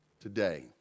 today